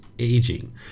aging